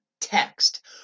text